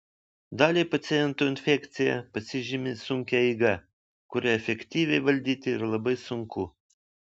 daliai pacientų infekcija pasižymi sunkia eiga kurią efektyviai valdyti yra labai sunku